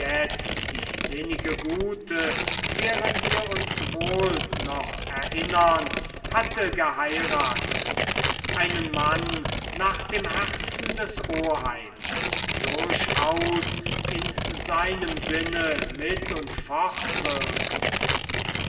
die sinnige gute deren wir uns wohl noch erinnern hatte geheiratet einen mann nach dem herzen des oheims durchaus in seinem sinne mit und